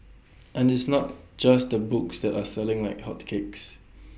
and it's not just the books that are selling like hotcakes